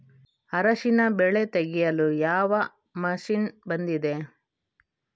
ಅರಿಶಿನ ಬೆಳೆ ತೆಗೆಯಲು ಯಾವ ಮಷೀನ್ ಬಂದಿದೆ?